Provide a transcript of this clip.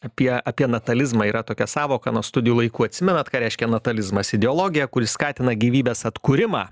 apie apie natalizmą yra tokia sąvoka nuo studijų laikų atsimenat ką reiškia natalizmas ideologija kuri skatina gyvybės atkūrimą